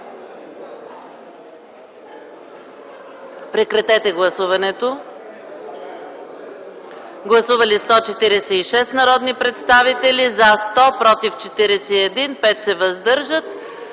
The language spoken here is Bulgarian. Прекратете гласуването! Гласували 69 народни представители: за 62, против 6, въздържал